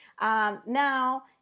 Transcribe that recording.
now